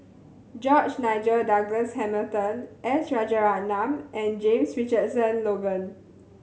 George Nigel Douglas Hamilton S Rajaratnam and James Richardson Logan